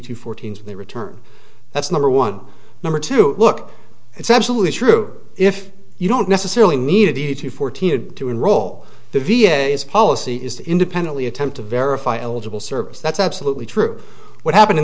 to fourteen when they return that's number one number two look it's absolutely true if you don't necessarily need to be to fourteen to enroll the v a is policy is to independently attempt to verify eligible service that's absolutely true what happened in